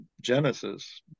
genesis